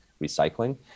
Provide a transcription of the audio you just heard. recycling